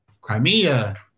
Crimea